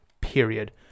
Period